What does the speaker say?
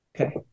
Okay